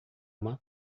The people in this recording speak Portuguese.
uma